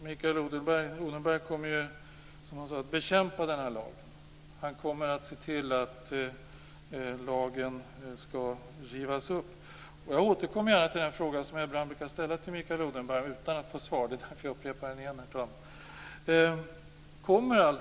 Mikael Odenberg kommer, som han sade, att bekämpa denna lag. Han kommer att se till att lagen rivs upp. Jag återkommer gärna till den fråga som jag ibland ställer till Mikael Odenberg utan att få svar, det är därför som jag upprepar den.